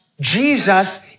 Jesus